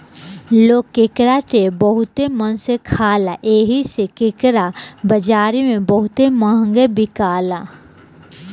लोग केकड़ा के बहुते मन से खाले एही से केकड़ा बाजारी में बहुते महंगा बिकाला